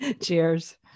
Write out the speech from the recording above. Cheers